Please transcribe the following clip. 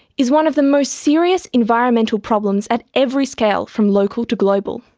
is one of the most serious environmental problems at every scale from local to global.